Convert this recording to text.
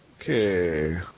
Okay